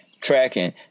tracking